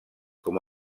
com